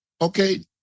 Okay